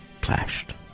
clashed